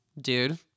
Dude